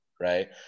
right